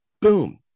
boom